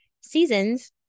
seasons